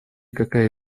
какая